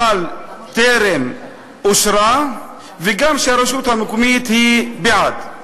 אבל טרם אושרה, וגם שהרשות המקומית היא בעד.